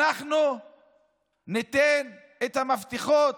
אנחנו ניתן את המפתחות